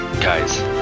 guys